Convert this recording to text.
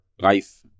life